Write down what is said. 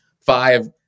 five